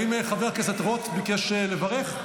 האם חבר הכנסת רוט ביקש לברך?